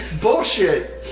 Bullshit